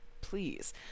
Please